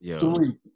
Three